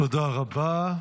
תודה רבה.